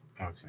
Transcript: Okay